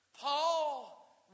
Paul